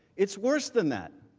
it is worse than that.